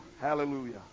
Hallelujah